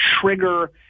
trigger